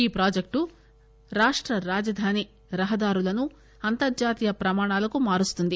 ఈ ప్రాజెక్ట్ రాష్ట రాజధాని రహదారులను అంతర్జాతీయ ప్రమాణాలకు మారుస్తుంది